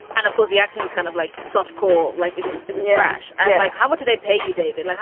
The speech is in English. and of course, the action was kind of like softcore like it was it was trash. like, how much do they pay you, david? like